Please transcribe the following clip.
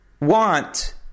want